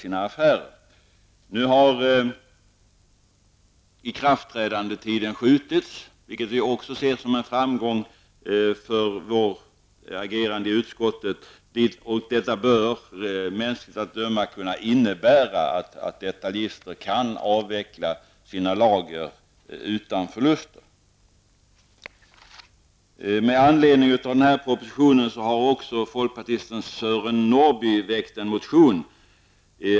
Tidpunkten för ikraftträdandet har skjutits fram, vilket vi ser som en framgång för vårt agerande i utskottet. Detta bör mänskligt att döma kunna innebära att detaljister kan avveckla sina lager utan förluster. Med anledning av den här propositionen har folkpartisten Sören Norrby väckt en motion.